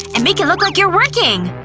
and make it look like you're working!